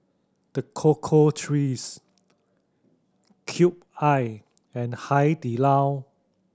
The Cocoa Trees Cube I and Hai Di Lao